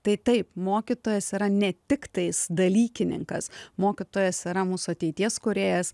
tai taip mokytojas yra ne tiktais dalykininkas mokytojas yra mūsų ateities kūrėjas